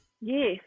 yes